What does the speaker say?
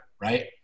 right